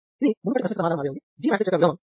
ఇది మునుపటి ప్రశ్నకి సమాధానం మాదిరే ఉంది